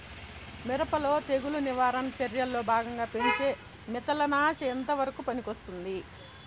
మిరప లో తెగులు నివారణ చర్యల్లో భాగంగా పెంచే మిథలానచ ఎంతవరకు పనికొస్తుంది?